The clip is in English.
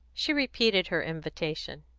she repeated her invitation.